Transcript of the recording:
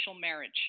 marriage